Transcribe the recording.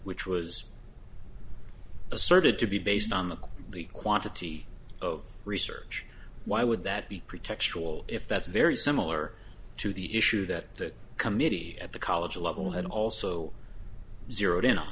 which was asserted to be based on the quantity of research why would that be pretextual if that's very similar to the issue that committee at the college level had also zeroed in on